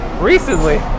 recently